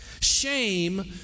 Shame